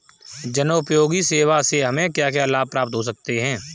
जनोपयोगी सेवा से हमें क्या क्या लाभ प्राप्त हो सकते हैं?